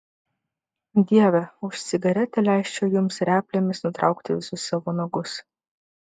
dieve už cigaretę leisčiau jums replėmis nutraukti visus savo nagus